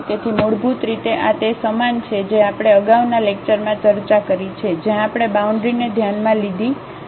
તેથી મૂળભૂત રીતે આ તે સમાન છે જે આપણે અગાઉના લેક્ચરમાં ચર્ચા કરી છે જ્યાં આપણે બાઉન્ડ્રીને ધ્યાનમાં લીધી હતી